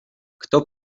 kto